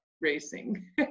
racing